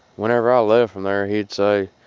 whenever i left from there, he'd say,